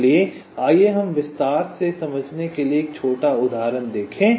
इसलिए आइए हम विस्तार से समझने के लिए एक छोटा उदाहरण देखें